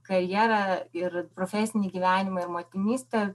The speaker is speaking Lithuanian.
karjerą ir profesinį gyvenimą ir motinystę